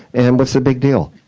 and what's the big deal?